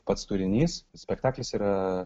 pats turinys spektaklis yra